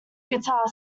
guitar